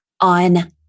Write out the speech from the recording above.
on